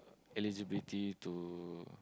eligibility to